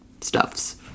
stuffs